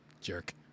Jerk